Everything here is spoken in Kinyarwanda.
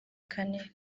kane